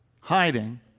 hiding